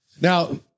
Now